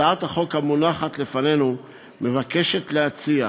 הצעת החוק המונחת לפנינו מבקשת לקבוע